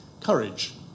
courage